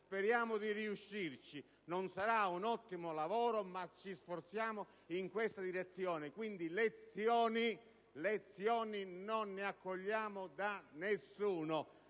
speriamo di riuscirci. Non sarà un ottimo lavoro, ma ci sforziamo in questa direzione. Quindi non accogliamo lezioni